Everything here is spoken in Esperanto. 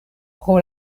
pro